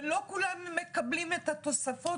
לא כולם מקבלים את התוספות